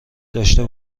داشته